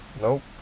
nope